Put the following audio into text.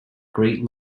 great